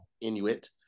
Inuit